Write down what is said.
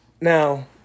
Now